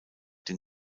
den